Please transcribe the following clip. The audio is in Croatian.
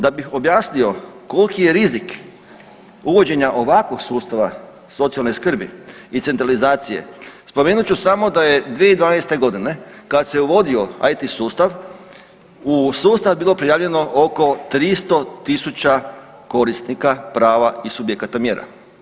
Da bih objasnio koliki je rizik uvođenja ovakvog sustava socijalne skrbi i centralizacije, spomenut ću samo da je 2012.g. kad se uvodio IT sustav u sustav bilo prijavljeno oko 300.000 korisnika prava i subjekata mjera.